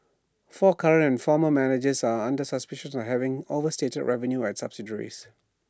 four current former managers are under suspicion of having overstated revenue at subsidiaries